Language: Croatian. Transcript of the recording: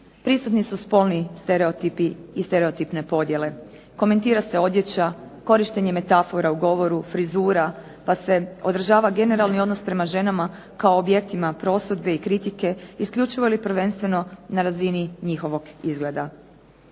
Prisutni su spolni stereotipi i stereotipne podjele. Komentira se odjeća, korištenje metafora u govoru, frizura, pa se održava generalni odnos prema ženama kao objektima prosudbe i kritike isključivo ili prvenstveno na razini njihovog izgleda.